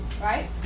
right